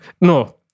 No